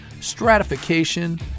stratification